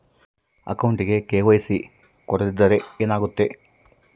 ಅಕೌಂಟಗೆ ಕೆ.ವೈ.ಸಿ ಕೊಡದಿದ್ದರೆ ಏನಾಗುತ್ತೆ?